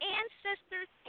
ancestors